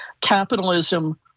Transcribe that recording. capitalism